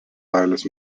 dailės